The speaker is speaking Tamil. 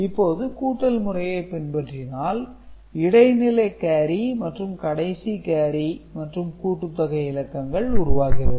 இப்போது கூட்டல் முறையை பின்பற்றினால் இடைநிலை கேரி மற்றும் கடைசி கேரி மற்றும் கூட்டுத்தொகை இலக்கங்கள் உருவாகிறது